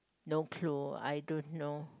no clue I don't know